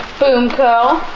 boomco.